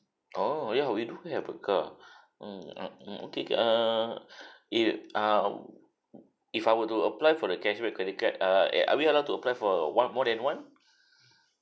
oh ya we do have a car mm mm mm okay err it uh if I were to apply for the cashback credit card err eh are we allowed to apply for a more than one